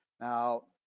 now,